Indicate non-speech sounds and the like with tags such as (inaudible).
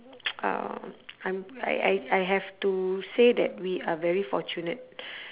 (noise) uh I'm I I I have to say that we are very fortunate